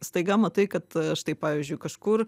staiga matai kad štai pavyzdžiui kažkur